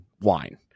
wine